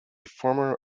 former